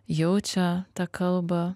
jaučia tą kalbą